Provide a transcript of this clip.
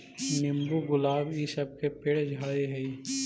नींबू, गुलाब इ सब के पेड़ झाड़ि हई